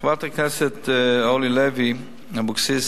חברת הכנסת אורלי לוי אבקסיס,